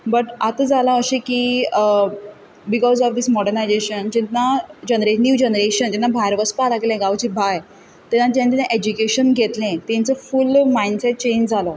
but आतां जालां अशें की बिकोज ऑफ दीस मोडर्नायजेशन जेन्ना जेनरेशन जेन्ना न्यू जेनरेशन जेन्ना भायर वचपाक लागलें गांवचे भायर जेन्ना तेंच्यांनी एज्युकेशन घेतलें तेंचो फूल मायंडसेट चेंज जालो